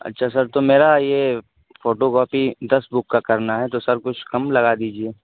اچھا سر تو میرا یہ فوٹو کاپی دس بک کا کرنا ہے تو سر کچھ کم لگا دیجیے